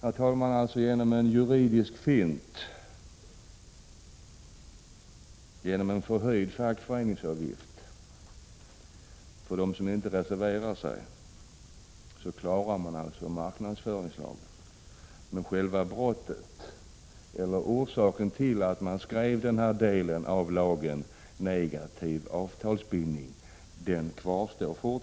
Herr talman! Genom en juridisk fint, nämligen höjd fackföreningsavgift för dem som inte reserverar sig, klarar Folksam alltså marknadsföringslagen. Men själva brottet, eller orsaken till att denna del av lagen skrevs, om negativ avtalsbindning, kvarstår.